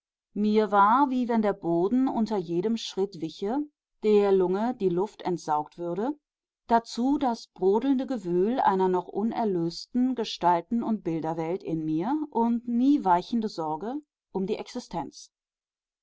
mir war wie wenn der boden unter jedem schritt wiche der lunge die luft entsaugt würde dazu das brodelnde gewühl einer noch unerlösten gestalten und bilderwelt in mir und nie weichende sorge um die existenz